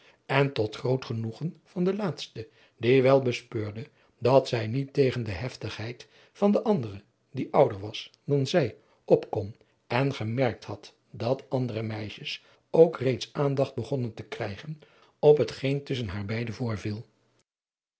en tot groot genoegen van de laatste die wel bespeurde dat zij niet tegen de heftigheid van de andere die ouder was dan zij op kon en gemerkt had dat andere meisjes ook reeds aandacht begonnen te krijgen op hetgeen tusschen haar beide voorviel